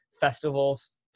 festivals